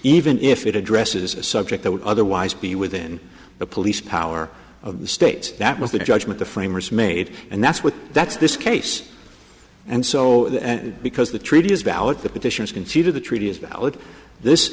even if it addresses a subject that would otherwise be within the police power of the states that was the judgment the framers made and that's what that's this case and so because the treaty is valid the petitions consider the treaty is valid this